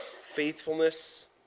faithfulness